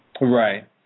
right